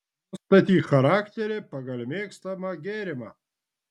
nustatyk charakterį pagal mėgstamą gėrimą